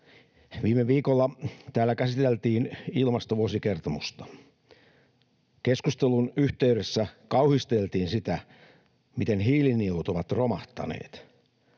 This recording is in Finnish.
Viime viikolla täällä käsiteltiin ilmastovuosikertomusta. Keskustelun yhteydessä kauhisteltiin sitä, miten hiilinielut ovat romahtaneet.